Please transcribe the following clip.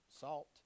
salt